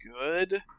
good